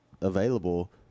available